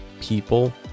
people